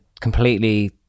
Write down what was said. completely